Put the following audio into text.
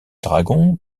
dragon